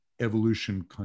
evolution